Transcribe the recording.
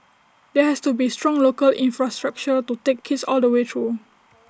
there has to be A strong local infrastructure to take kids all the way through